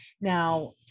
now